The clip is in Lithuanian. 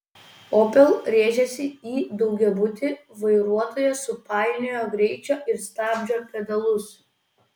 opel rėžėsi į daugiabutį vairuotoja supainiojo greičio ir stabdžio pedalus